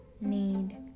need